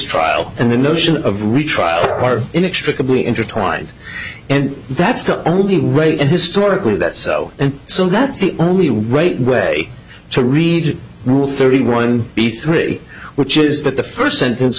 trial and the notion of retrial are inextricably intertwined and that's the only way and historically that so and so that's the only right way to read rule thirty one b three which is that the first sentence